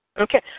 Okay